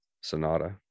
Sonata